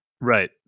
Right